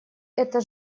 это